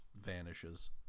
vanishes